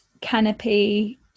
canopy